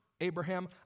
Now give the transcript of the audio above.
Abraham